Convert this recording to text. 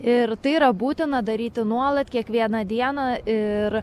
ir tai yra būtina daryti nuolat kiekvieną dieną ir